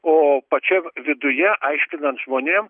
o pačiam viduje aiškinant žmonėm